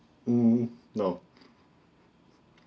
mm no